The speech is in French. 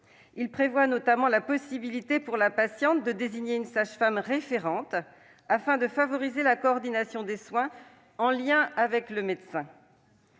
Il prévoit notamment la possibilité pour la patiente de désigner une sage-femme référente, afin de favoriser la coordination des soins en lien avec le médecin.